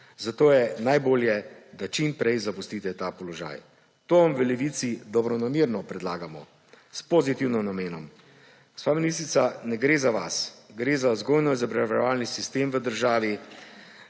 Zato je najbolje, da čim prej zapustite ta položaj. To vam v Levici dobronamerno predlagamo, s pozitivnim namenom. Gospa ministrica, ne gre za vas, gre za vzgojno-izobraževalni sistem v državi,